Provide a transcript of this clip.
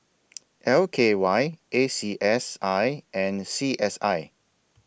L K Y A C S I and C S I